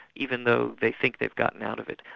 even though they think they've gotten out of it.